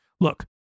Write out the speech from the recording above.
Look